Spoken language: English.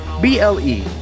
B-L-E